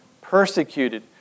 persecuted